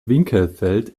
winkelfeld